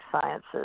Sciences